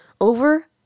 over